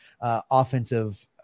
offensive